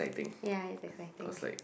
ya it's like collecting